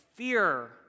Fear